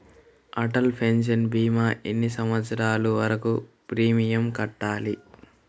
Atal pension భీమా ఎన్ని సంవత్సరాలు వరకు ప్రీమియం కట్టాలి?